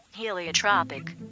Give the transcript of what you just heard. heliotropic